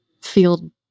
feel